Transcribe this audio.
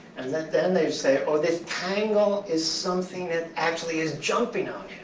and then then they say, oh, this tangle is something that actually is jumping on